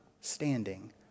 standing